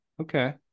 okay